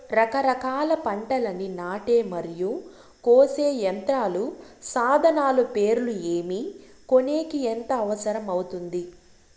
రకరకాల పంటలని నాటే మరియు కోసే యంత్రాలు, సాధనాలు పేర్లు ఏమి, కొనేకి ఎంత అవసరం అవుతుంది?